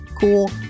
cool